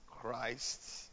Christ